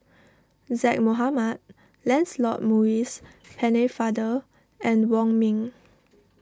Zaqy Mohamad Lancelot Maurice Pennefather and Wong Ming